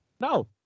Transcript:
No